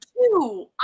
two